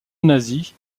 nazi